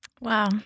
Wow